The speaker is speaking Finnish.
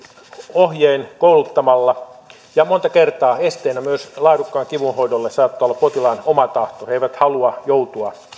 ohjein kouluttamalla ja monta kertaa esteenä laadukkaalle kivunhoidolle saattaa myös olla potilaan oma tahto he eivät halua joutua